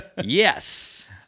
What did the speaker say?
Yes